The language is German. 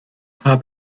paar